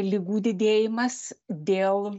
ligų didėjimas dėl